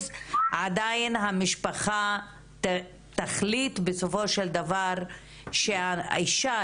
עדיין המשפחה תחליט בסופו של דבר שהאישה,